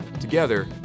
Together